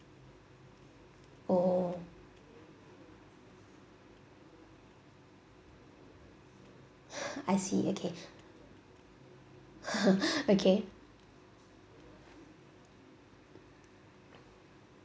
orh I see okay okay